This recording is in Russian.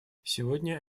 сегодня